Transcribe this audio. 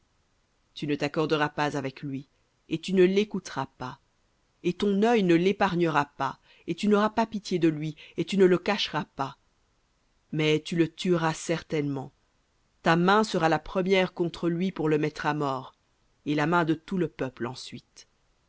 tu ne t'accorderas pas avec lui et tu ne l'écouteras pas et ton œil ne l'épargnera pas et tu n'auras pas pitié de lui et tu ne le cacheras pas mais tu le tueras certainement ta main sera la première contre lui pour le mettre à mort et la main de tout le peuple ensuite